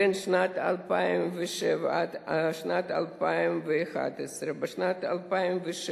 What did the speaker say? בין שנת 2007 ועד שנת 2011: